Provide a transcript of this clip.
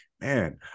man